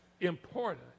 important